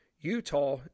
Utah